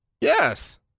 Yes